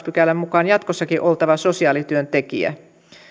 pykälän mukaan jatkossakin oltava sosiaalityöntekijä